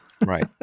Right